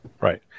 right